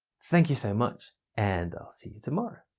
thank you so much and i'll see you tomorrow.